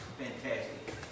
fantastic